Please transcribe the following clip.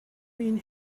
mean